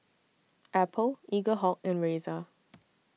Apple Eaglehawk and Razer